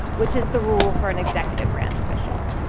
which is the rule for an executive branch official.